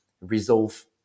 resolve